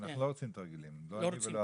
אנחנו לא רוצים תרגילים, לא אני ולא אתה.